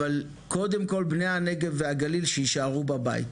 אבל קודם כל בני הנגב והגליל שיישארו בבית,